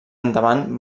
endavant